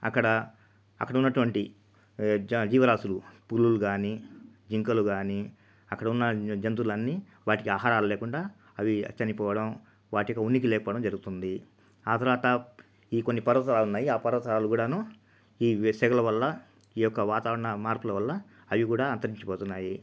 అక్కడ అక్కడ ఉన్నటువంటి జీ జీవరాసులు పులులు కానీ జింకలు కానీ అక్కడ ఉన్న జంతువులన్నీ వాటికి ఆహారాలు లేకుండా అవి చనిపోవడం వాటి ఉనికి లేకపోవడం జరుగుతుంది ఆ తర్వాత ఈ కొన్ని పర్వతాలు ఉన్నాయి ఆ పర్వతాలు కూడాను ఈ సెగల వల్ల ఈ యొక్క వాతావరణ మార్పుల వల్ల అవి కూడా అంతరించిపోతున్నాయి